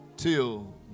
Till